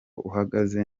uhagaze